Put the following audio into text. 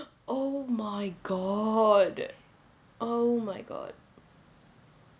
oh my god oh my god